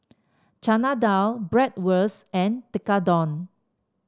Chana Dal Bratwurst and Tekkadon